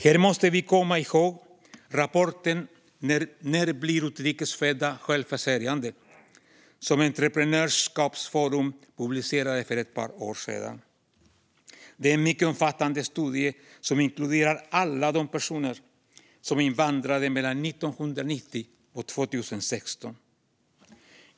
Här måste vi komma ihåg rapporten När blir utrikes födda självförsörjande? som Entreprenörskapsforum publicerade för ett par år sedan. Det är en mycket omfattande studie som inkluderar alla de personer som invandrade mellan 1990 och 2016.